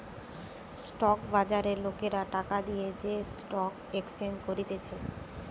stock বাজারে লোকরা টাকা দিয়ে যে স্টক এক্সচেঞ্জ করতিছে